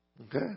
Okay